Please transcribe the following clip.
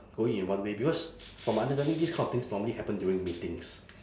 going in one way because from my understanding this kind of things normally happen during meetings